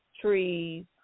trees